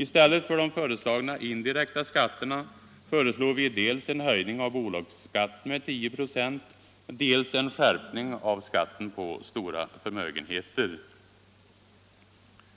I stället för de föreslagna indirekta skatterna föreslår vi dels en höjning av bolagsskatten med 10 96, dels en skärpning av skatten på stora förmögenheter.